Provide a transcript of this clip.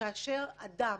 כאשר אדם